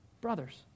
brothers